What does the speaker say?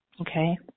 Okay